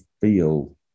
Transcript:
feel